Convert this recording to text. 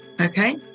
okay